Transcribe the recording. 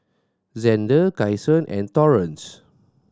Zander Kyson and Torrance